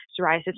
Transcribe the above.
psoriasis